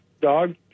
dog